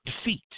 defeat